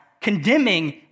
condemning